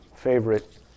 favorite